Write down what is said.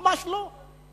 ממש לא.